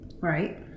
Right